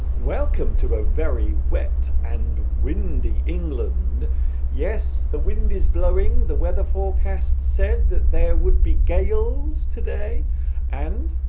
welcome to a very wet and windy england yes the wind is blowing the weather forecast said that there would be gales today and